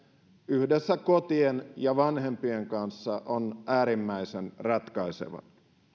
yhdessä kotien ja vanhempien kanssa on äärimmäisen ratkaiseva